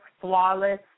flawless